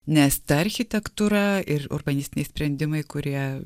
nes ta architektūra ir urbanistiniai sprendimai kurie